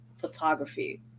photography